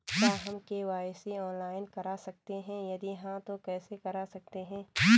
क्या हम KYC online करा सकते हैं यदि हाँ तो कैसे करा सकते हैं?